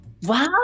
Wow